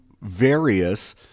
various